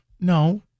no